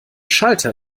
schalter